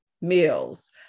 meals